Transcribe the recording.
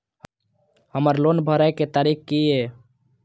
हमर लोन भरए के तारीख की ये?